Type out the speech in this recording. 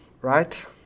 right